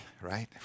right